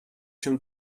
się